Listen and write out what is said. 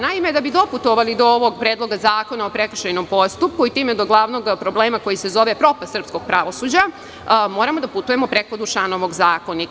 Naime, da bi doputovali do ovog predloga zakona o prekršajnom postupku i time do glavnog problema koji se zove propast srpskog pravosuđa, moramo da putujemo preko Dušanovog zakonika.